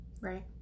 right